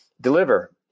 deliver